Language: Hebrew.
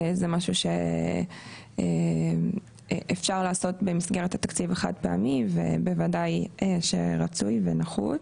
זה משהו שאפשר לעשות במסגרת התקציב החד פעמי ובוודאי שרצוי ונחוץ.